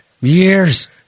Years